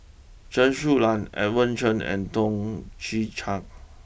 Chen Su Lan Edmund Chen and Toh Chin Chye